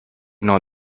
know